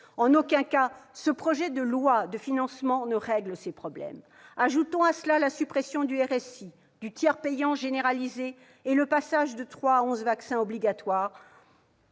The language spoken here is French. En aucun cas ce projet de loi de financement de la sécurité sociale ne règle ces problèmes. Ajoutons à cela la suppression du RSI, du tiers payant généralisé et le passage de trois à onze vaccins obligatoires.